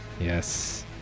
Yes